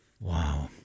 wow